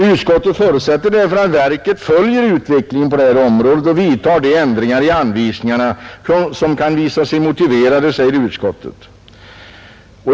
Utskottet förutsätter därför att verket följer utvecklingen på det här området och vidtar de ändringar i anvisningarna som kan visa sig motiverade.